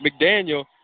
McDaniel